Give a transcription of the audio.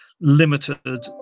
limited